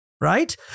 right